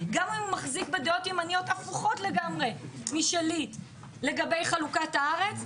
גם אם הוא מחזיק בדעות ימניות הפוכות לגמרי משלי לגבי חלוקת הארץ,